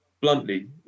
bluntly